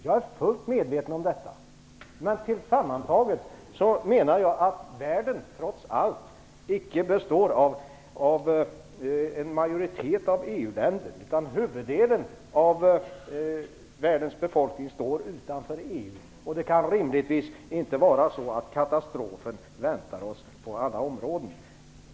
Jag är fullt medveten om detta, men sammantaget menar jag att världen trots allt icke består av en majoritet av EU länder. Huvuddelen av världens befolkning står utanför EU. Rimligtvis kan inte en katastrof vänta oss på alla områden.